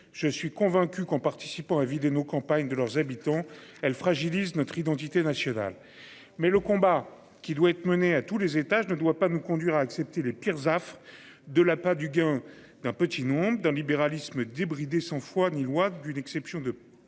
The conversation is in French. je suis convaincu qu'en participant à vider nos campagnes de leurs habitants elle fragilise notre identité nationale. Mais le combat qu'il doit être menée à tous les étages ne doit pas nous conduire à accepter les pires ZAFR de l'appât du gain d'un petit nombre d'un libéralisme débridé sans foi ni loi du l'exception de